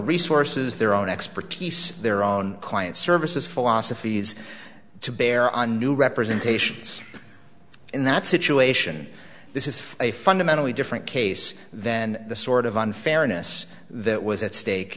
resources their own expertise their own client services philosophies to bear on new representations in that situation this is a fundamentally different case than the sort of unfairness that was at stake